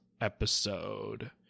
episode